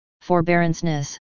forbearance